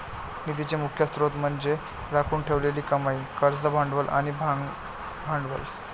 निधीचे मुख्य स्त्रोत म्हणजे राखून ठेवलेली कमाई, कर्ज भांडवल आणि भागभांडवल